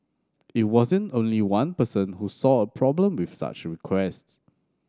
it wasn't only one person who saw a problem with such requests